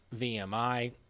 VMI